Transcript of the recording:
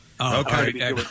Okay